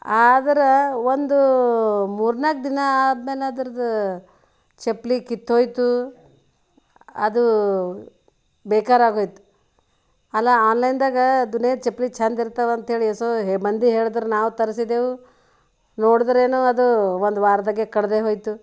ಆದ್ರೆ ಒಂದು ಮೂರ್ನಾಲ್ಕು ದಿನ ಆದ್ಮೇಲೆ ಅದರ್ದು ಚಪ್ಪಲಿ ಕಿತ್ತು ಹೋಯ್ತು ಅದು ಬೇಕಾರಾಗೋಯ್ತು ಅಲ್ಲ ಆನ್ಲೈನ್ದಾಗ ದುನಿಯಾದ ಚಪ್ಪಲಿ ಚಂದ ಇರ್ತವಂತ್ಹೇಳಿ ಏಸೋ ಹೇ ಮಂದಿ ಹೇಳದ್ರು ನಾವು ತರಿಸಿದೆವು ನೋಡ್ದ್ರೇನೋ ಅದು ಒಂದು ವಾರದಾಗೆ ಕಡಿದೇಹೋಯ್ತು